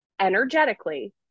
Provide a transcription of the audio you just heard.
energetically